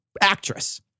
actress